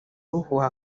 ruhuha